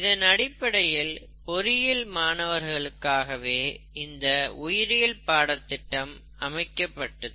இதனடிப்படையில் பொறியியல் மாணவர்களுக்காகவே இந்த உயிரியல் பாடத்திட்டம் அமைக்கப்பட்டது